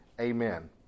Amen